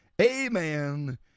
Amen